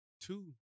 Two